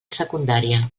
secundària